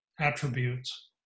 attributes